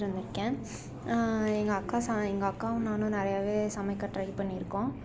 எங்கள் அக்கா எங்கள் அக்காவும் நானும் நிறையாவே சமைக்க ட்ரை பண்ணியிருக்கோம்